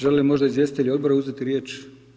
Žele li možda izvjestitelji odbora uzeti riječ?